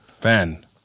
Ben